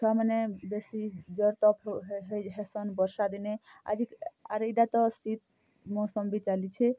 ଛୁଆମାନେ ବେଶୀ ଜର୍ ତପ୍ ହେସନ୍ ବର୍ଷା ଦିନେ ଆର୍ ଇଟା ତ ଶୀତ୍ ମୌସମ୍ ବି ଚାଲିଛେ